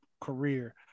career